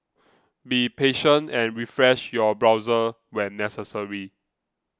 be patient and refresh your browser when necessary